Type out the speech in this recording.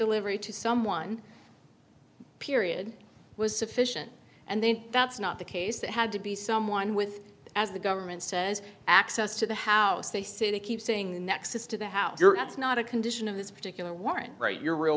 every to someone period was sufficient and then that's not the case that had to be someone with as the government says access to the house they say to keep saying the nexus to the house you're it's not a condition of this particular weren't right your real